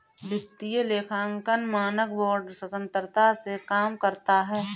वित्तीय लेखांकन मानक बोर्ड स्वतंत्रता से काम करता है